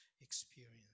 experience